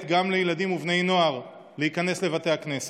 גם לילדים ובני נוער להיכנס לבתי הכנסת,